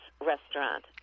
Restaurant